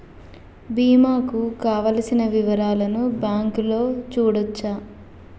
బీమా కు కావలసిన వివరాలను బ్యాంకులో చూడొచ్చా?